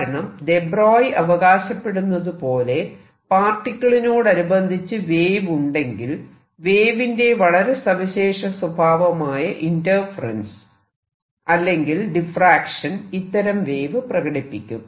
കാരണം de Broglie അവകാശപ്പെടുന്നതുപോലെ പാർട്ടിക്കിളിനോടനുബന്ധിച്ച് വേവ് ഉണ്ടെങ്കിൽ വേവിന്റെ വളരെ സവിശേഷ സ്വഭാവമായ ഇന്റർഫെറെൻസ് അല്ലെങ്കിൽ ഡിഫ്റാക്ഷൻ ഇത്തരം വേവ് പ്രകടിപ്പിക്കും